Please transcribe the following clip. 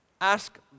Ask